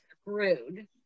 screwed